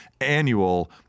annual